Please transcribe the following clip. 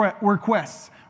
requests